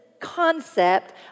concept